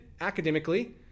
academically